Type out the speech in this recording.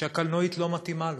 שהוא גילה שהקלנועית לא מתאימה לו,